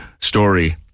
story